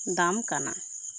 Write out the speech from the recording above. ᱫᱟᱢ ᱠᱟᱱᱟ